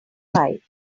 five